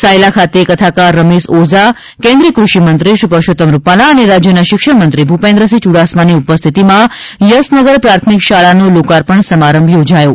સાયલા ખાતે કથાકાર રમેશ ઓઝા કેન્દ્રીય કૃષિમંત્રી શ્રી પરષોત્તમ રૂપાલા અને રાજયના શિક્ષણમંત્રી ભુપેન્દ્રસિંહ યુડાસમાની ઉપસ્થિતિમાં યસનગર પ્રાથમિક શાળાનો લોકપર્ણ સમારંભ યોજાયો